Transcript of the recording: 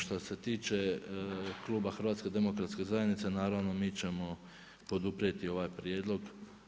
Šta se tiče kluba HDZ-a naravno mi ćemo poduprijeti ovaj prijedlog.